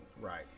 Right